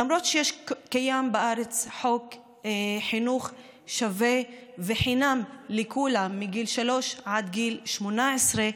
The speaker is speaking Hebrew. למרות שקיים בארץ חוק חינוך שווה וחינם לכולם מגיל שלוש עד גיל 18,